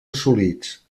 assolits